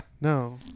No